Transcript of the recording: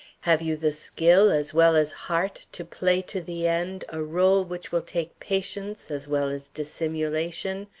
have you the skill as well as heart to play to the end a role which will take patience as well as dissimulation,